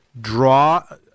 draw